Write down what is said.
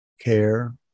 care